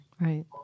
right